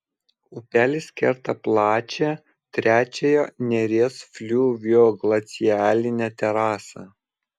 upelis kerta plačią trečiąją neries fliuvioglacialinę terasą